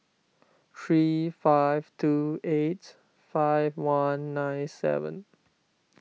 three five two eight five one nine seven